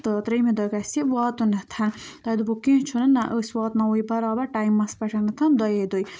تہٕ ترٛیٚیمہِ دۄہ گژھِ یہِ واتُن تۄہہِ دوٚپوٗ کیٚنٛہہ چھُنہٕ نہ أسۍ واتناوو یہِ بَرابَر ٹایمَس پٮ۪ٹھ دۄیے دُے